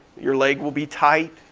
your leg will be tight,